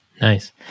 Nice